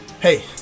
hey